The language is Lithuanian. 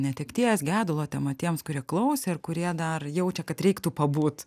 netekties gedulo tema tiems kurie klausė ar kurie dar jaučia kad reiktų pabūt